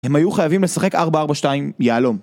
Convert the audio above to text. הם היו חייבים לשחק 4-4-2, יהלום